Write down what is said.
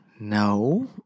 No